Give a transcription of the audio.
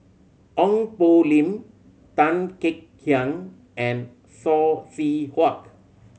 Ong Poh Lim Tan Kek Hiang and Saw Swee Hock